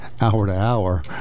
hour-to-hour